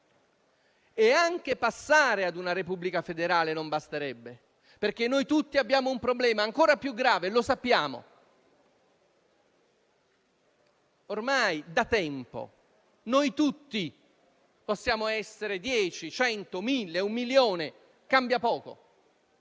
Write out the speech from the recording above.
Neanche passare a una repubblica federale basterebbe, perché tutti abbiamo un problema ancora più grave e lo sappiamo: ormai da tempo noi tutti (possiamo essere dieci, cento, mille o un milione, cambia poco)